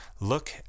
Look